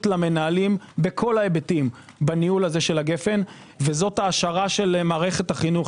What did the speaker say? למנהלים בכל ההיבטים בניהול הזה של הגפן וזו העשרת מערכת החינוך,